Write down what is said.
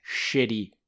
shitty